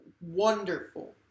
wonderful